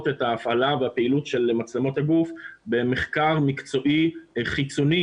את ההפעלה והפעילות של מצלמות הגוף במחקר מקצועי חיצוני